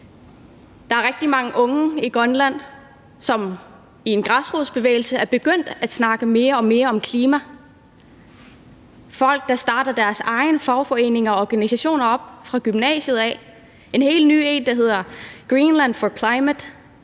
Der er rigtig mange unge i Grønland, som via græsrodsbevægelser er begyndt at snakke mere og mere om klima; der er folk, der i gymnasiet starter deres egne fagforeninger og organisationer, og der er en helt ny, der hedder Greenland for Climate,